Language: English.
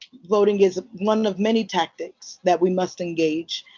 voting is one of many tactics that we must engage.